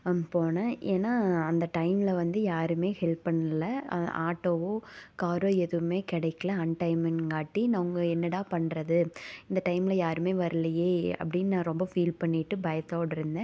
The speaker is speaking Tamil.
போனேன் ஏன்னா அந்த டைம்ல வந்து யாருமே ஹெல்ப் பண்ணல ஆட்டோவோ காரோ எதுவுமே கிடைக்கல அன் டைமுங்காட்டி நான் உங்கள் என்னடா பண்ணுறது இந்த டைம்ல யாருமே வரலியே அப்படின்னு நான் ரொம்ப ஃபீல் பண்ணிட்டு பயத்தோட இருந்தேன்